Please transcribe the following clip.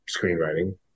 screenwriting